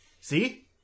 See